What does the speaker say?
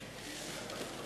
(הישיבה נפסקה בשעה